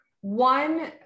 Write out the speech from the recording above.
One